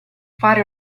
fare